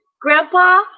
grandpa